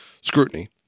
scrutiny